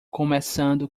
começando